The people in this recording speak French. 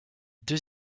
deux